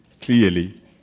clearly